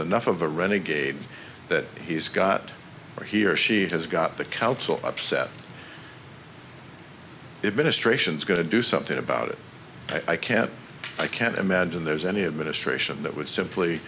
enough of a renegade that he's got or he or she has got the council upset ministrations going to do something about it i can't i can't imagine there's any administration that would simply